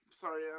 sorry